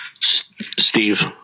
Steve